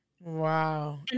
Wow